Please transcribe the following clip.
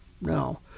No